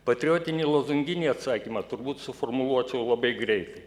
patriotinį lozunginį atsakymą turbūt suformuluočiau labai greit